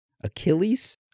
Achilles